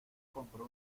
compró